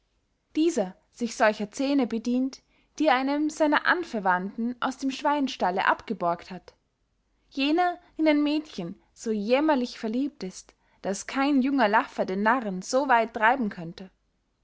dieser sich solcher zähne bedient die er einem seiner anverwandten aus dem schweinstalle abgeborgt hat jener in ein mädchen so jämmerlich verliebt ist daß kein junger laffe den narren so weit treiben könnte